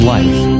Life